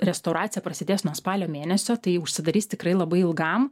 restauracija prasidės nuo spalio mėnesio tai užsidarys tikrai labai ilgam